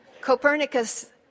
Copernicus